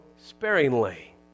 sparingly